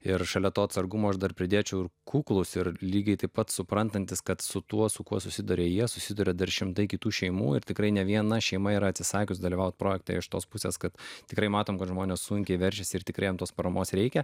ir šalia to atsargumo aš dar pridėčiau ir kuklūs ir lygiai taip pat suprantantys kad su tuo su kuo susiduria jie susiduria dar šimtai kitų šeimų ir tikrai ne viena šeima yra atsisakius dalyvauti projekte iš tos pusės kad tikrai matom kad žmonės sunkiai verčiasi ir tikrai jiem tos paramos reikia